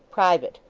private.